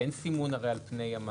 כי הרי אין סימון על פני המים,